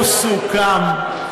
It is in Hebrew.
הוא סוכם,